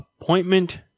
appointment